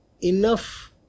enough